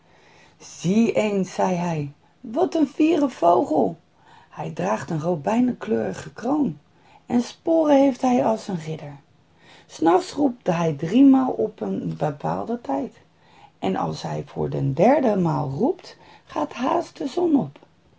zie eens zei hij wat een fiere vogel hij draagt een robijnkleurige kroon en sporen heeft hij als een ridder s nachts roept hij driemaal op een bepaalden tijd en als hij voor de derde maal roept gaat haast de zon op